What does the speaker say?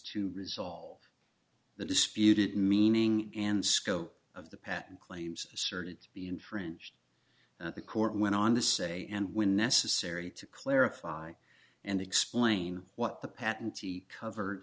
to resolve the dispute it meaning and scope of the patent claims asserted the infringed the court went on to say and when necessary to clarify and explain what the patentee covered